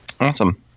Awesome